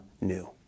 new